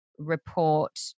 report